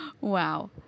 Wow